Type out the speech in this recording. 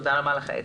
תודה רבה לך איתן.